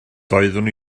doeddwn